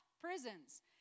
prisons